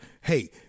Hey